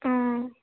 অঁ